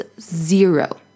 zero